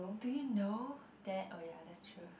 do you know that oh ya that's true